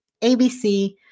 ABC